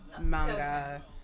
manga